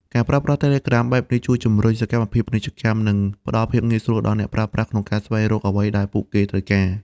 ការប្រើប្រាស់ Telegram បែបនេះជួយជំរុញសកម្មភាពពាណិជ្ជកម្ម និងផ្តល់ភាពងាយស្រួលដល់អ្នកប្រើប្រាស់ក្នុងការស្វែងរកអ្វីដែលពួកគេត្រូវការ។